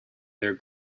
their